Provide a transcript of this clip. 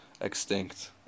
extinct